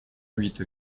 huit